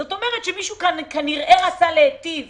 זאת אומרת שמישהו כאן כנראה רצה להיטיב